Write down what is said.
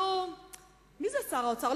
נו, מי זה שר האוצר?